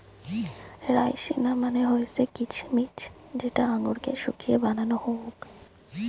রাইসিনা মানে হৈসে কিছমিছ যেটা আঙুরকে শুকিয়ে বানানো হউক